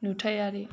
नुथायारि